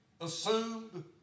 assumed